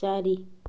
ଚାରି